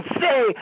say